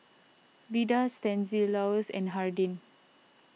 Beda Stanislaus and Hardin